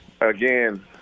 Again